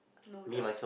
no drugs